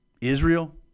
Israel